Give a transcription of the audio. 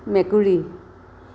মেকুৰী